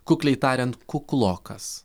kukliai tariant kuklokas